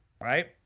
right